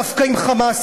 דווקא עם "חמאס",